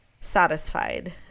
satisfied